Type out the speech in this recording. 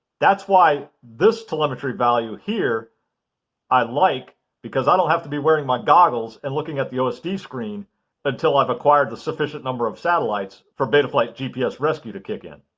that's why this telemetry value here i like because i don't have to be wearing my goggles and looking at the ah osd screen until i've acquired the sufficient number of satellites for betaflight gps rescue to kick in.